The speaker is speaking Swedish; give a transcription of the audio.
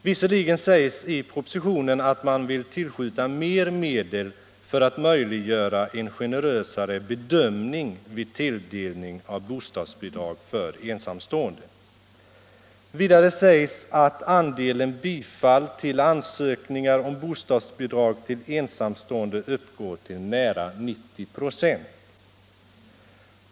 Det sägs dock i propositionen att man vill tillskjuta mera medel för att möjliggöra en generösare bedömning vid tilldelning av bostadsbidrag för ensamstående. Vidare sägs att andelen bifall till ansökningar om bostadsbidrag till ensamstående uppgår till nära 90 946.